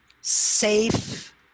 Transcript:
safe